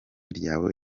ryawe